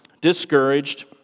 discouraged